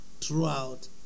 throughout